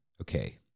Okay